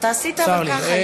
אבל אני